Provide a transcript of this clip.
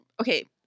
Okay